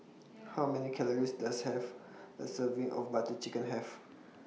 How Many Calories Does Have A Serving of Butter Chicken Have